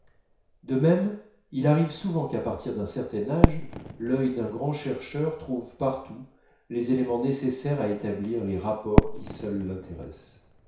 de même il arrive souvent qu'à partir d'un certain âge l'œil d'un grand chercheur trouve partout les éléments nécessaires à établir les rapports qui seuls l'intéressent